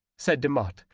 said demotte,